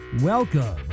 Welcome